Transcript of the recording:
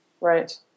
Right